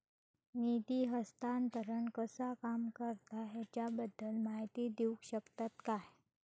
निधी हस्तांतरण कसा काम करता ह्याच्या बद्दल माहिती दिउक शकतात काय?